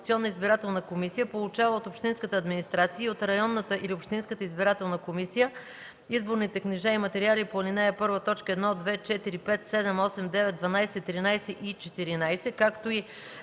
изборните книжа и материали по ал. 1, т. 1, 2, 4, 5, 7, 8, 9, 12, 13 и 14, както и: